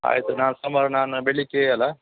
ಆಯ್ತು ನಾಡ್ದು ಸೋಮವಾರ ನಾನು ಬೆಳಗ್ಗೆ ಅಲ್ವ